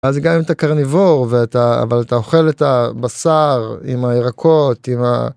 אז גם אם אתה קרניבור, אבל אתה אוכל את הבשר עם הירקות.